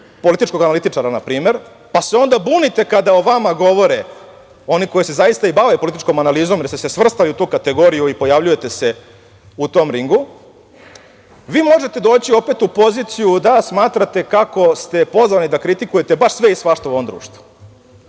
političkog analitičara, na primer, pa se onda bunite kada o vama govore oni koji se zaista i bave političkom analizom, jer ste se svrstali u tu kategoriju i pojavljujete se u tom ringu, vi možete doći opet u poziciju da smatrate kako ste pozvani da kritikujete baš sve i svašta u ovom